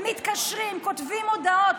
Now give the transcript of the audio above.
כותבים הודעות,